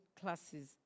classes